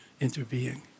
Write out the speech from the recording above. interbeing